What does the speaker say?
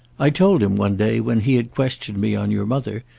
i told him, one day, when he had questioned me on your mother,